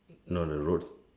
no the road